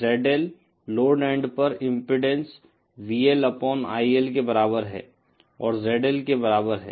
ZL load end पर impedance VL upon IL के बराबर है और ZL के बराबर है